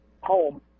home